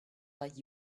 like